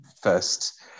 first